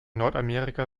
nordamerika